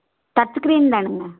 Dutch screen வேணுங்க